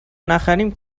نخریم